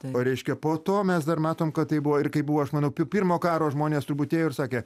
o reiškia po to mes dar matom kad tai buvo ir kaip buvo aš manau pi pirmo karo žmonės turbūt ėjo ir sakė